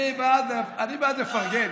אני בעד לפרגן.